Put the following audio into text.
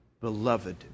beloved